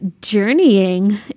journeying